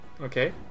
Okay